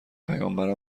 پیامبرمم